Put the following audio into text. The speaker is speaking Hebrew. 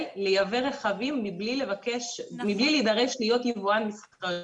לייבא רכבים מבלי להידרש להיות יבואן מסחרי.